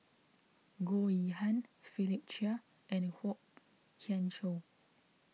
Goh Yihan Philip Chia and Kwok Kian Chow